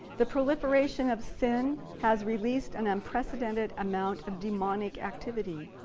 the proliferation of sin has released an unprecedented amount of demonic activity.